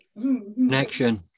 Connection